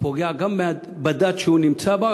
פוגע גם בדת שהוא נמצא בה,